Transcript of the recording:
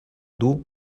dur